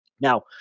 Now